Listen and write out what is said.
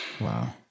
Wow